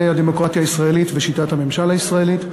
הדמוקרטיה הישראלית ושיטת הממשל הישראלית.